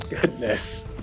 Goodness